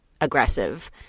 aggressive